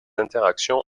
interactions